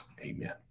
Amen